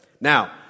Now